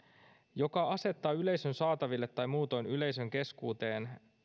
joka asettaa yleisön saataville tai muutoin yleisön keskuuteen